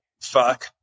fuck